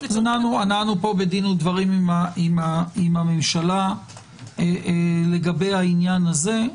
אנחנו פה בדין ודברים עם המשלה לגבי העניין הזה.